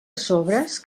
sobres